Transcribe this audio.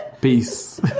Peace